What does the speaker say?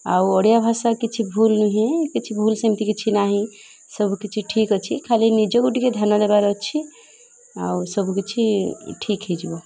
ଆଉ ଓଡ଼ିଆ ଭାଷା କିଛି ଭୁଲ୍ ନୁହେଁ କିଛି ଭୁଲ୍ ସେମିତି କିଛି ନାହିଁ ସବୁ କିଛି ଠିକ୍ ଅଛି ଖାଲି ନିଜକୁ ଟିକେ ଧ୍ୟାନ ଦେବାର ଅଛି ଆଉ ସବୁ କିିଛି ଠିକ୍ ହେଇଯିବ